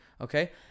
okay